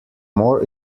more